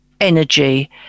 energy